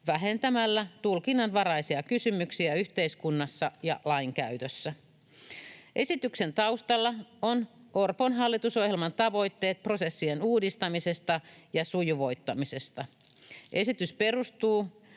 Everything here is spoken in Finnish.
vähentämällä tulkinnanvaraisia kysymyksiä yhteiskunnassa ja lainkäytössä. Esityksen taustalla ovat Orpon hallitusohjelman tavoitteet prosessien uudistamisesta ja sujuvoittamisesta. Esitys perustuu